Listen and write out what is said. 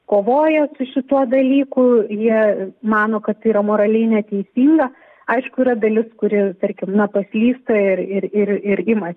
kovoja su šituo dalyku jie mano kad yra moraliai neteisinga aišku yra dalis kuri tarkim na paslysta ir ir ir ima